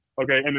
okay